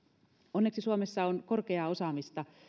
onneksi suomessa on korkeaa osaamista